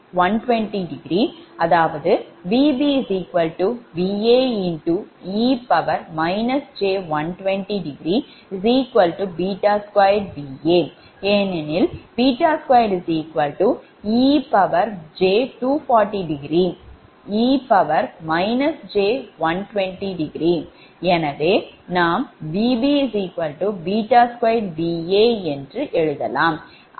அதாவது Vb Vae j120°2Va ஏனெனில்2ej240°e j120° எனவே நாம் Vb 2Va என்று எழுதலாம்